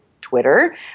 Twitter